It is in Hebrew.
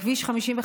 כביש 55,